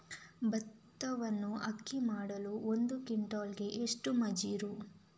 ಭತ್ತವನ್ನು ಅಕ್ಕಿ ಮಾಡಲು ಒಂದು ಕ್ವಿಂಟಾಲಿಗೆ ಎಷ್ಟು ಮಜೂರಿ?